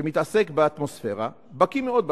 שמתעסק באטמוספירה, בקי מאוד בתחום.